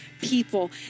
people